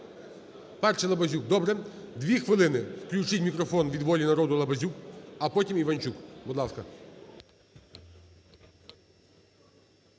– Лабазюк. Добре. 2 хвилини, включіть мікрофон, від "Волі народу" Лабазюк, а потім Іванчук. Будь ласка.